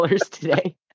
today